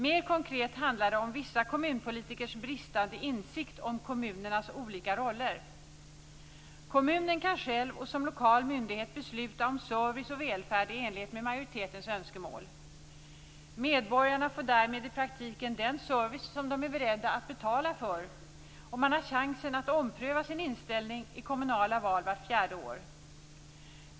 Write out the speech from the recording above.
Mer konkret handlar det om vissa kommunpolitikers bristande insikt om kommunens olika roller. Kommunen kan själv som lokal myndighet besluta om service och välfärd i enlighet med majoritetens önskemål. Medborgarna får därmed i praktiken den service som de är beredda att betala för, och man har chansen att ompröva sin inställning i kommunala val vart fjärde år.